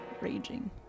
raging